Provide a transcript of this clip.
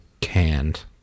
canned